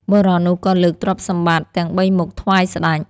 បុរសនោះក៏លើកទ្រព្យសម្បត្តិទាំងបីមុខថ្វាយស្ដេច។